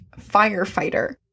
firefighter